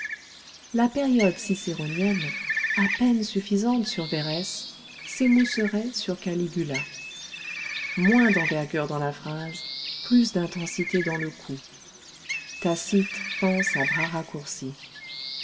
la période cicéronienne à peine suffisante sur verrès s'émousserait sur caligula moins d'envergure dans la phrase plus d'intensité dans le coup tacite pense à bras raccourci